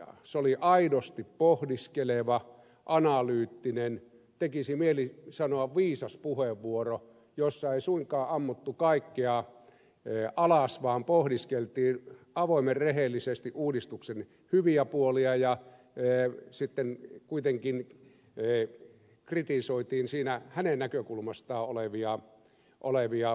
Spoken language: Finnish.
se oli aidosti pohdiskeleva analyyttinen tekisi mieli sanoa viisas puheenvuoro jossa ei suinkaan ammuttu kaikkea alas vaan pohdiskeltiin avoimen rehellisesti uudistuksen hyviä puolia ja sitten kuitenkin kritisoitiin hänen näkökulmastaan olevia puutteita